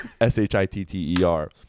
S-H-I-T-T-E-R